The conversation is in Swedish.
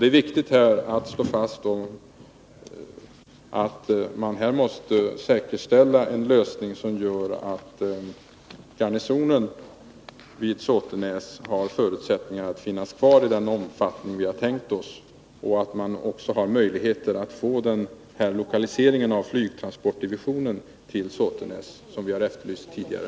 Det är viktigt att här säkerställa en lösning som gör att garnisonen vid Såtenäs har förutsättningar att finnas kvar i den omfattning som vi har tänkt oss och att man också har de möjligheter till lokalisering av flygtransportsdivisionen till Såtenäs som vi har efterlyst tidigare.